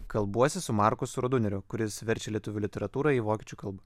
kalbuosi su markusu roduneriu kuris verčia lietuvių literatūrą į vokiečių kalbą